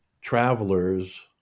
travelers